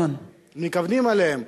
מתכוונים אליהן,